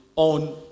On